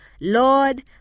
Lord